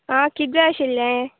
आं किद जाय आशिल्लें